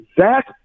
Zach